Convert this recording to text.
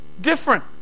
different